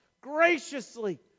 graciously